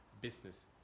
business